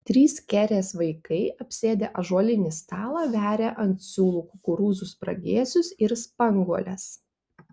trys kerės vaikai apsėdę ąžuolinį stalą veria ant siūlų kukurūzų spragėsius ir spanguoles